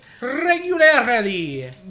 Regularly